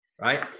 right